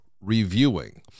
reviewing